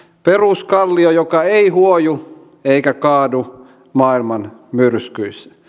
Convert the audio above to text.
peruskallio joka ei huoju eikä kaadu maailman myrskyissä